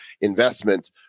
investment